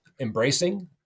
embracing